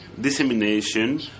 dissemination